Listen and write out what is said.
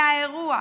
מהאירוע,